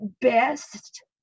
best